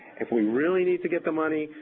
if we really need to get the money,